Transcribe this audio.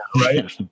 right